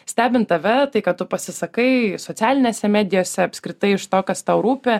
stebint tave tai ką tu pasisakai socialinėse medijose apskritai iš to kas tau rūpi